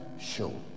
show